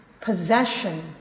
possession